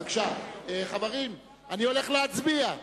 חברים, אני הולך להצביע.